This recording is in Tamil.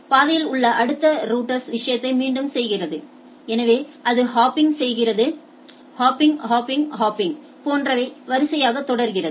பாதையில் உள்ள அடுத்த ரௌட்டர்ஸ் விஷயத்தை மீண்டும் செய்கிறது எனவே அது ஹாப்பிங்ற்கு செல்கிறது ஹாப்பிங் ஹாப்பிங் ஹாப்பிங் போன்றவை வரிசையாக தொடர்கிறது